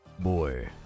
Boy